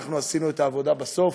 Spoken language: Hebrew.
ואנחנו עשינו את העבודה בסוף,